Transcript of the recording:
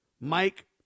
Mike